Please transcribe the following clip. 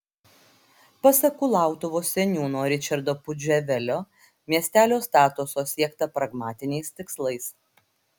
pasak kulautuvos seniūno ričardo pudževelio miestelio statuso siekta pragmatiniais tikslais